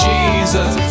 Jesus